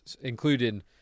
including